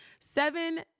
seven